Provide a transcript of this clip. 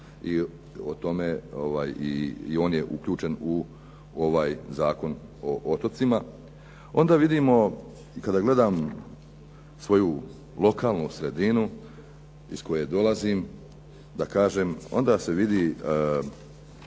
i on je uključen u ovaj Zakon o otocima, onda vidimo kada gledam svoju lokalnu sredinu iz koje dolazim da kažem